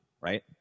right